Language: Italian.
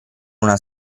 una